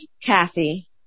Kathy